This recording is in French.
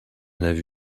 n’avait